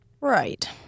Right